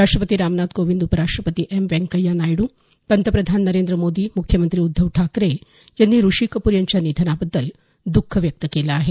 राष्ट्रपती रामनाथ कोविंद उपराष्ट्रपती एम व्यंकय्या नायडू पंतप्रधान नरेंद्र मोदी मुख्यमंत्री उद्धव ठाकरे यांनी ऋषी कपूर यांच्या निधनाबद्दल द्ख व्यक्त केलं आहे